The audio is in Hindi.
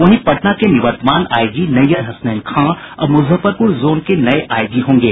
वहीं पटना के निवर्तमान आई जी नैय्यर हसनैन खां अब मुजफ्फरपुर जोन के आई जी होंगे